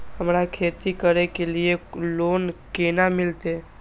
हमरा खेती करे के लिए लोन केना मिलते?